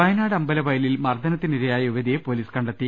വയനാട് അമ്പലവയലിൽ മർദ്ദനത്തിനിരയായ യുവതിയെ പൊലീ സ് കണ്ടെത്തി